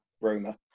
Roma